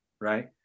right